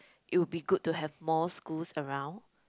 it would be good to have more schools around